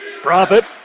Profit